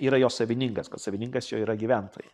yra jo savininkas kad savininkas čia jo yra gyventojai